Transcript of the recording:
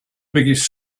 biggest